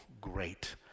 great